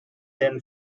then